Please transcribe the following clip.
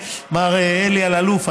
מר אלי אלאלוף,